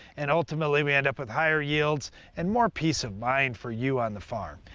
and ultimately we end up with higher yields and more peace of mind for you on the farm.